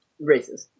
racist